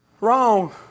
Wrong